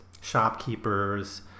shopkeepers